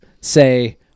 say